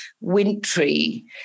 wintry